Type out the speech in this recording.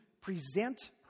present